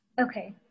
Okay